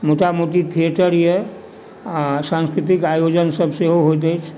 मोटा मोटी थिएटर यऽ आओर सांस्कृतिक आयोजन सभ सेहो होइत अछि